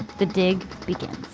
the dig begins